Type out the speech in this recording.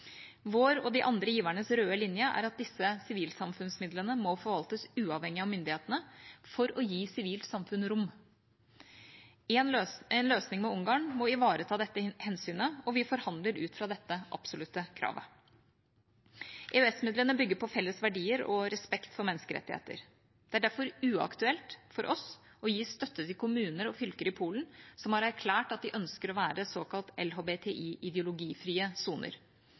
Vår og de andre givernes røde linje er at disse sivilsamfunnsmidlene må forvaltes uavhengig av myndighetene for å gi sivilt samfunn rom. En løsning med Ungarn må ivareta dette hensynet, og vi forhandler ut fra dette absolutte kravet. EØS-midlene bygger på felles verdier og respekt for menneskerettigheter. Det er derfor uaktuelt for oss å gi støtte til kommuner og fylker i Polen som har erklært at de ønsker å være såkalt LHBTI-ideologifrie soner.